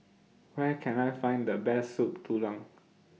Where Can I Find The Best Soup Tulang